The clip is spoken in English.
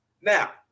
Now